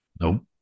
Nope